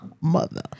Mother